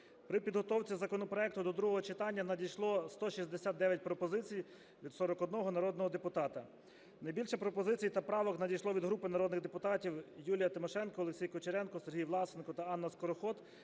При підготовці законопроекту до другого читання надійшло 169 пропозицій від 41 народного депутата. Найбільше пропозицій та правок надійшло від групи народних депутатів: Юлія Тимошенко, Олексій Кучеренко, Сергій Власенко та Анна Скороход